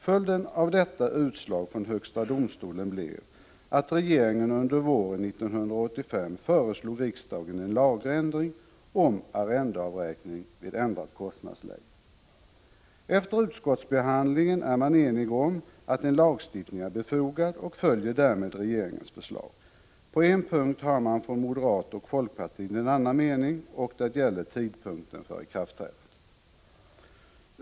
Följden av detta utslag av högsta domstolen blev att regeringen under våren 1985 föreslog riksdagen en lagändring om arrendeavräkning vid ändrat kostnadsläge. Efter utskottsbehandlingen är man nu enig om att en lagstiftning är befogad. Därmed följer man regeringens förslag. På en punkt har moderaterna och folkpartiet en annan mening, och det gäller tidpunkten för ikraftträdandet.